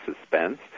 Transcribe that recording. suspense